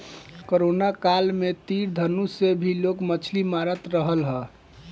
corona काल में तीर धनुष से भी लोग मछली मारत रहल हा